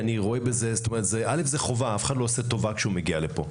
זוהי חובה; אף אחד לא עושה טובה כשהוא מגיע לפה.